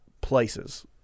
places